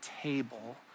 table